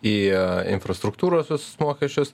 į infrastruktūros visus mokesčius